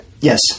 Yes